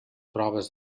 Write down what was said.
proves